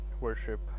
worship